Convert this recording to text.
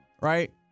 Right